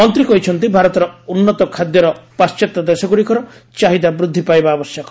ମନ୍ତ୍ରୀ କହିଛନ୍ତି ଭାରତର ଉନ୍ନତ ଖାଦ୍ୟର ପାଶ୍ଚାତ୍ୟ ଦେଶଗୁଡ଼ିକରେ ଚାହିଦା ବୃଦ୍ଧି ପାଇବା ଆବଶ୍ୟକ